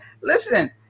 listen